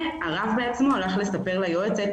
והרב בעצמו הלך לספר ליועצת,